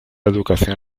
educación